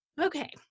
Okay